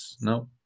No